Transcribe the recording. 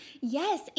Yes